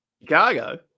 Chicago